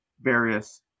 various